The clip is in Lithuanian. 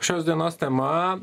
šios dienos tema